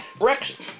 Rex